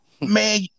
man